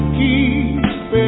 keep